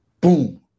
boom